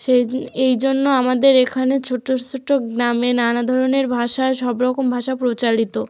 সেই এই জন্য আমাদের এখানে ছোট ছোট গ্রামে নানা ধরনের ভাষা সবরকম ভাষা প্রচলিত